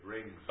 Rings